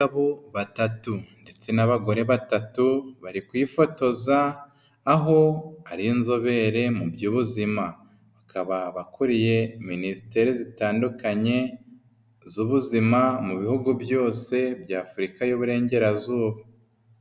Abagabo batatu ndetse n'abagore batatu bari kwifotoza aho ari inzobere mu by'ubuzima bakaba bakuriye minisiteri zitandukanye z'ubuzima mu bihugu byose by'Afurika y'uburengerazuba.